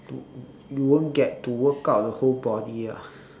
to you won't get to workout the whole body ah